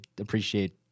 appreciate